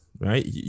right